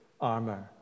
armor